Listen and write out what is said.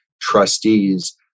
trustees